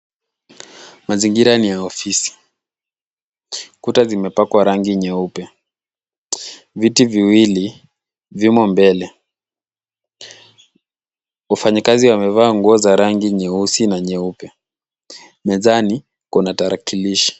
Mazingira ni ya ofisi. Kuta zimepakwa rangi nyeupe, viti viwili vimo mbele. Wafanyikazi wamevaa nguo za rangi nyeusi na nyeupe. Mezani kuna tarakilishi.